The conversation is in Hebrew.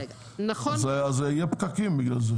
אז יהיו פקקים בגלל זה.